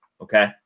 okay